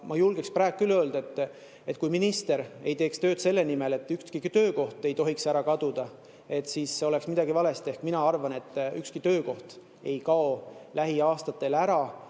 Ma julgen praegu küll öelda, et kui minister ei teeks tööd selle nimel, et ükski töökoht ei tohi ära kaduda, siis oleks midagi valesti. Mina arvan, et ükski töökoht, mis on otseselt